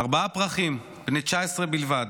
ארבעה פרחים, בני 19 בלבד,